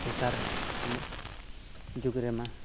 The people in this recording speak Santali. ᱱᱮᱛᱟᱨ ᱡᱩᱜᱽ ᱨᱮᱢᱟ